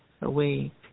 Away